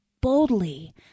boldly